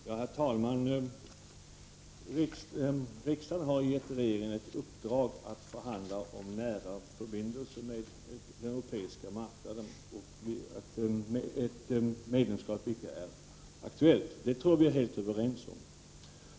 Fru talman! Riksdagen har ju gett regeringen i uppdrag att förhandla om nära förbindelser med den europeiska marknaden och sagt att medlemskap icke är aktuellt. Det tror jag vi är helt överens om.